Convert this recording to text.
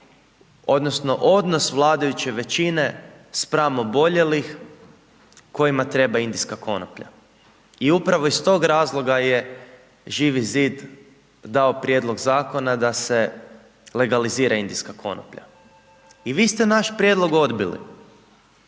odnosno, vladajuće većine spram oboljelih kojima treba indijska konoplja. I upravo iz tog razloga je Živi zid dao prijedlog zakona, da se legalizira indijska konoplja i vi ste naš prijedlog odbili